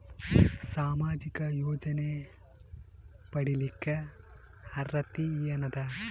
ಸಾಮಾಜಿಕ ಯೋಜನೆ ಪಡಿಲಿಕ್ಕ ಅರ್ಹತಿ ಎನದ?